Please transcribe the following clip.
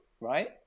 right